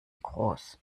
groß